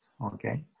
okay